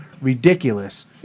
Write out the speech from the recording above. ridiculous